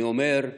אני אומר,